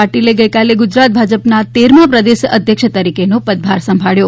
પાટીલે ગઇકાલે ગુજરાત ભાજપાના તેરમા પ્રદેશ અધ્યક્ષ તરીકેનો પદભાર સંભાબ્યો